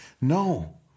No